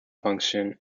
function